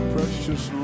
Precious